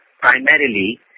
primarily